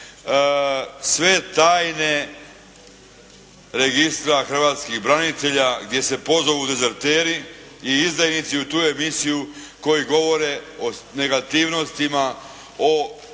"Sve tajne registra hrvatskih branitelja" gdje se pozovu dezerteri i izdajnici u tu emisiju koji govore o negativnostima, o aluzijama,